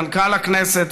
מנכ"ל הכנסת,